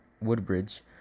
Woodbridge